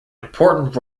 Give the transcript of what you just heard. important